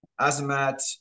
Azamat